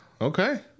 Okay